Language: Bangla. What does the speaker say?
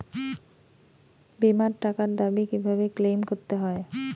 বিমার টাকার দাবি কিভাবে ক্লেইম করতে হয়?